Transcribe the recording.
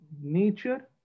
nature